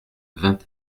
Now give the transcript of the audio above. vingt